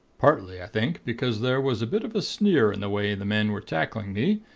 partly, i think, because there was a bit of a sneer in the way the men were tackling me,